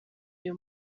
uyu